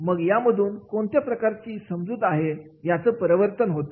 मग यामधून कोणत्या प्रकारची समजूत आहे याचं परावर्तन होतं